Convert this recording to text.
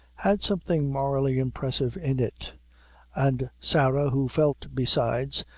had something morally impressive in it and sarah, who felt, besides,